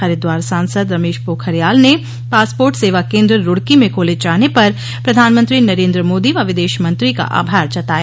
हरिद्वार सांसद रमेश पोखरियाल ने पासपोर्ट सेवा केंद्र रुड़की में खोले जाने पर प्रधानमंत्री नरेन्द्र मोदी व् विदेश मंत्री का आभार जताया